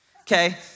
okay